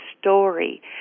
story